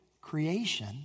creation